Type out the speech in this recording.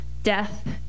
death